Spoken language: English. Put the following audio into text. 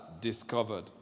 discovered